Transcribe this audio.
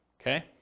Okay